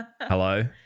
Hello